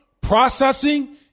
processing